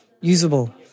usable